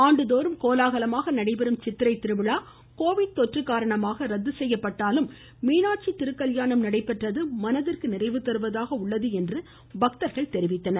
ஆண்டுதோறும் கோலாகலமாக நடைபெறும் சித்திரை திருவிழா கோவிட் தொற்று காரணமாக ரத்து செய்யப்பட்டாலும் மீனாட்சி திருக்கல்யாணம் நடைபெற்றது மனதிற்கு நிறைவு தருவதாக உள்ளது என்று பக்தர்கள் தெரிவித்தனர்